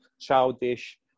childish